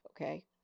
okay